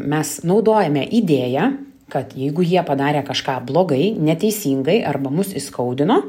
mes naudojame idėją kad jeigu jie padarė kažką blogai neteisingai arba mus įskaudino